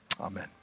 Amen